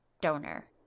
donor